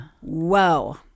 Whoa